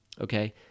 Okay